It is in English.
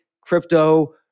crypto